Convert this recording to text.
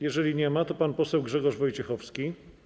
Jeżeli nie ma, to pan poseł Grzegorz Wojciechowski.